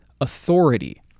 authority